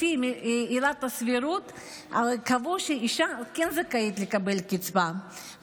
לפי עילת הסבירות קבעו שהאישה כן זכאית לקבל קצבה,